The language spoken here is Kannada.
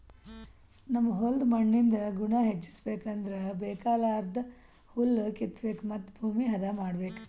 ನಮ್ ಹೋಲ್ದ್ ಮಣ್ಣಿಂದ್ ಗುಣ ಹೆಚಸ್ಬೇಕ್ ಅಂದ್ರ ಬೇಕಾಗಲಾರ್ದ್ ಹುಲ್ಲ ಕಿತ್ತಬೇಕ್ ಮತ್ತ್ ಭೂಮಿ ಹದ ಮಾಡ್ಬೇಕ್